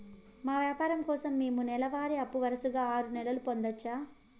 మా వ్యాపారం కోసం మేము నెల వారి అప్పు వరుసగా ఆరు నెలలు పొందొచ్చా?